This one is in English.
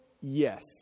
yes